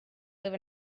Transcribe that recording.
live